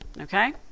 Okay